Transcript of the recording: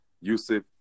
Yusuf